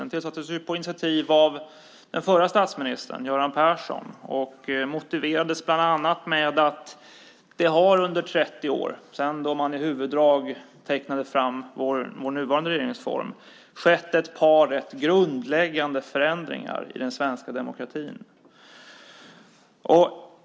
Den tillsattes ju på initiativ av den förre statsministern, Göran Persson, och motiverades bland annat med att det under de 30 år som gått sedan huvuddragen i vår nuvarande regeringsform togs fram skett ett par ganska grundläggande förändringar i den svenska demokratin.